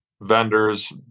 vendors